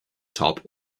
top